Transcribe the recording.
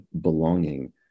belonging